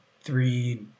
Three